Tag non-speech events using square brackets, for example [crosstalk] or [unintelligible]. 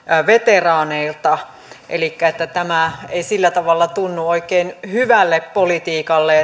veteraaneilta elikkä tämä ei sillä tavalla tunnu oikein hyvälle politiikalle [unintelligible]